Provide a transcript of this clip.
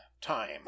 time